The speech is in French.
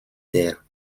terres